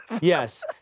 Yes